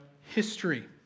history